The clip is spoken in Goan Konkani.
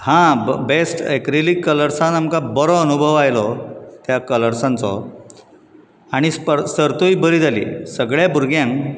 हां बॅस्ट एक्रिलीक कलर्सान आमकां बरो अनुभव आयलो त्या कलर्सांचो आनी स्प सर्तूय बरी जाली सगळ्या भुरग्यांक